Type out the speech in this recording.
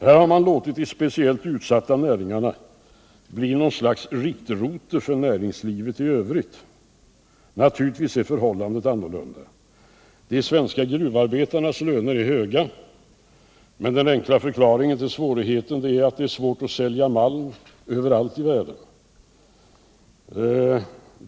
Här har man låtit de speciellt utsatta näringarna bli något slags riktrote för näringslivet i övrigt. Naturligtvis är förhållandet annorlunda. De svenska gruvarbetarnas löner är höga, men den enda förklaringen till problemen är att det är svårt att sälja malm överallt i världen.